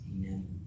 Amen